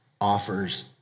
offers